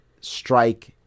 strike